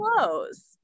close